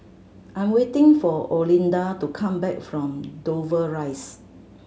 I'm waiting for Olinda to come back from Dover Rise